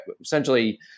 essentially